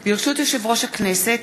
ברשות יושב-ראש הכנסת,